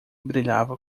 brilhava